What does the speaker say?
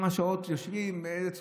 אנחנו יודעים כמה שעות יושבים ובאיזה צורה,